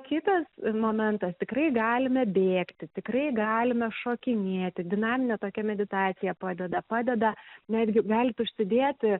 kitas momentas tikrai galime bėgti tikrai galime šokinėti dinaminė tokia meditacija padeda padeda netgi galit užsidėti